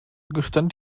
gestand